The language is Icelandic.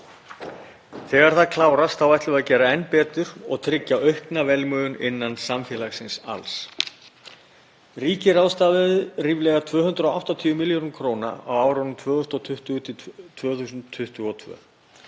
Þegar það klárast ætlum við að gera enn betur og tryggja aukna velmegun innan samfélagsins alls. Ríkið ráðstafaði ríflega 280 milljörðum kr. á árunum 2020–2022.